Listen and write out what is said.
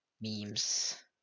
memes